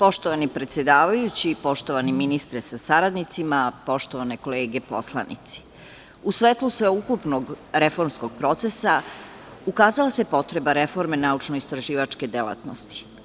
Poštovani predsedavajući, poštovani ministre sa saradnicima, poštovane kolege poslanici, u svetlu sveukupnog reformskog procesa ukazala se potreba reforme naučno-istraživačke delatnosti.